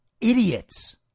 Idiots